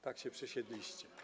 Tak się przesiedliście.